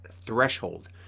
threshold